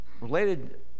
related